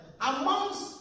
Amongst